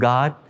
God